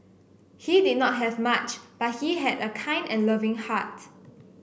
he did not have much but he had a kind and loving heart